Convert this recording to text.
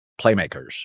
playmakers